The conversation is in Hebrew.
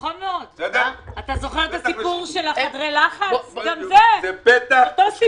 כמו הסיפור של תאי הלחץ, אותו סיפור.